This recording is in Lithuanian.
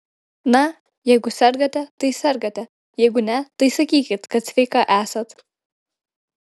na jeigu sergate tai sergate jeigu ne tai sakykit kad sveika esat